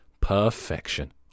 Perfection